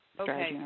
okay